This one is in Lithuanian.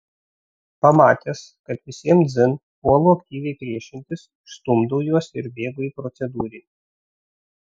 pamatęs kad visiems dzin puolu aktyviai priešintis išstumdau juos ir bėgu į procedūrinį